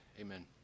Amen